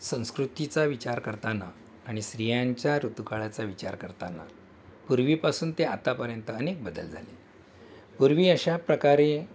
संस्कृतीचा विचार करताना आणि स्त्रियांच्या ऋतुकाळाचा विचार करताना पूर्वीपासून ते आतापर्यंत अनेक बदल झाले पूर्वी अशा प्रकारे